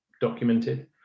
documented